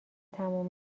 تموم